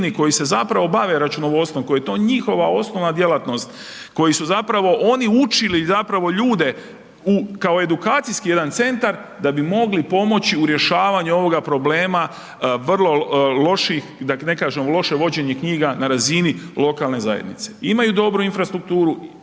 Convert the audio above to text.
koji se zapravo bave računovodstvom koji je to njihova osnovna djelatnost, koji su zapravo oni učili zapravo ljude u kao edukacijski jedan centar, da bi mogli pomoći u rješavanju ovoga problema vrlo loših, da ne kažem loše vođenje knjiga na razini lokalne zajednice. Imaju dobru infrastrukturu,